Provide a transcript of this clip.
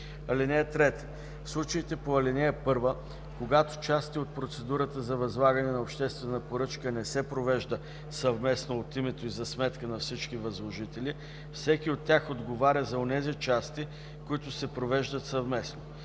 (3) В случаите по ал. 1, когато части от процедура за възлагане на обществена поръчка не се провежда съвместно от името и за сметка на всички възложители, всеки от тях отговаря за онези части, които се провеждат съвместно.